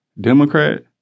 Democrat